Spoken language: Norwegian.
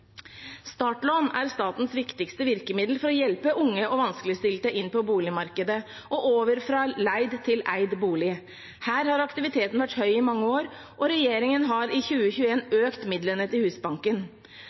Startlån er statens viktigste virkemiddel for å hjelpe unge og vanskeligstilte inn på boligmarkedet og over fra leid til eid bolig. Her har aktiviteten vært høy i mange år. Regjeringen har i